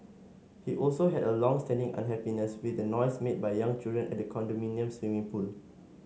he also had a long standing unhappiness with the noise made by young children at the condominium's swimming pool